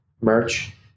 merch